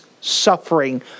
suffering